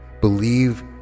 believe